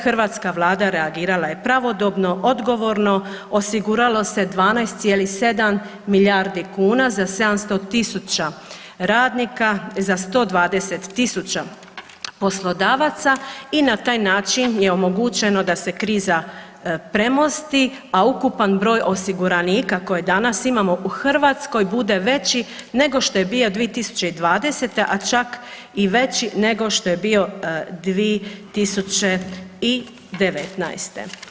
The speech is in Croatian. Hrvatska Vlada reagirala je pravodobno, odgovorno, osiguralo se 12,7 milijardi kuna za 700 tisuća radnika, za 120 tisuća poslodavaca i na taj način je omogućeno da se kriza premosti, a ukupan broj osiguranika koje danas imamo u Hrvatskoj bude veći nego što je bio 2020. a čak i veći nego što je bio 2019.